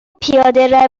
پیاده